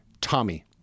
Tommy